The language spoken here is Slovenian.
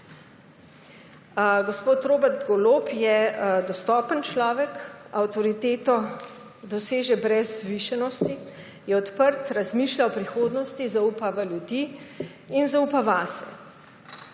Gospod dr. Robert Golob je dostopen človek. Avtoriteto doseže brez vzvišenosti. Je odprt. Razmišlja o prihodnosti. Zaupa v ljudi in zaupa vase.